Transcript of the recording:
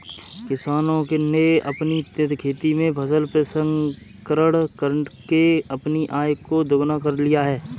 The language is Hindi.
किसानों ने अपनी खेती में फसल प्रसंस्करण करके अपनी आय को दुगना कर लिया है